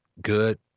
good